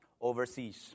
overseas